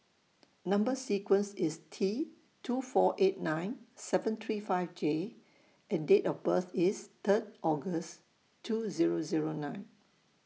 Number sequence IS T two four eight nine seven three five J and Date of birth IS Third August two Zero Zero nine